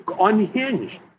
unhinged